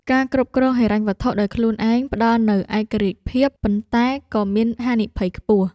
ការគ្រប់គ្រងហិរញ្ញវត្ថុដោយខ្លួនឯង ផ្តល់នូវឯករាជ្យភាព ប៉ុន្តែក៏មានហានិភ័យខ្ពស់។